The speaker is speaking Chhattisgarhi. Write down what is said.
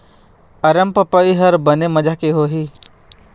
अरमपपई हर बने माजा के होही?